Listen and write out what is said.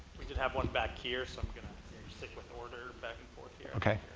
we did have one back here, so i'm gonna stick with the order back and forth here. okay.